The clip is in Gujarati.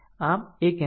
આમ આ 1 એમ્પીયર છે